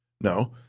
No